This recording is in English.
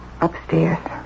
upstairs